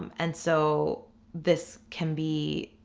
um and so this can be